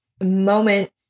moment